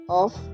off